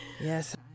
Yes